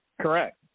Correct